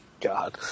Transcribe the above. God